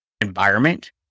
environment